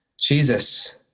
Jesus